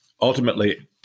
ultimately